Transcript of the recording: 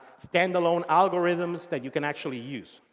stand alone algorithms that you can actually use.